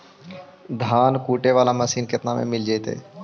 धान कुटे बाला मशीन केतना में मिल जइतै?